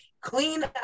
clean